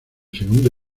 segundo